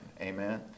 Amen